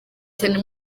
cyane